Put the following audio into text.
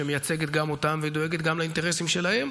שמייצגת גם אותם ודואגת גם לאינטרסים שלהם.